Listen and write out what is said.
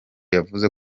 yavuze